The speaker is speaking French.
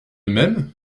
même